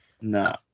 No